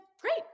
great